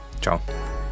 Ciao